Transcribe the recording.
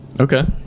Okay